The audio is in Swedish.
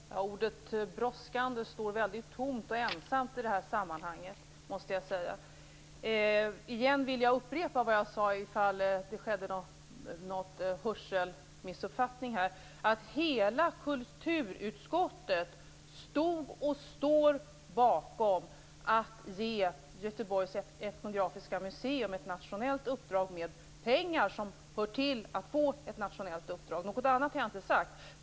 Fru talman! Ordet "brådskande" står väldigt tomt och ensamt i det här sammanhanget. Jag vill upprepa vad jag sade, ifall det var något hörfel här. Hela kulturutskottet stod och står bakom att ge Göteborgs etnografiska museum ett nationellt uppdrag med pengar som hör till ett nationellt uppdrag. Något annat har jag inte sagt.